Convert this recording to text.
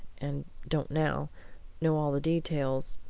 and don't now, know all the details,